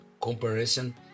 comparison